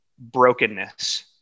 brokenness